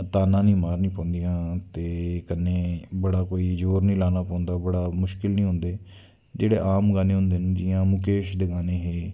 तानां नी मारने पौंदियां ते कन्नै बड़ा कोई जोर नी लाना पौंदा बड़ा मुश्किल नी होंदे जेह्ड़े आम गानें होंदे न जियां मुकेश दे गानें न